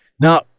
Now